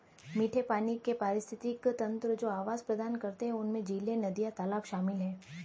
मीठे पानी के पारिस्थितिक तंत्र जो आवास प्रदान करते हैं उनमें झीलें, नदियाँ, तालाब शामिल हैं